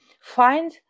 find